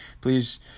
Please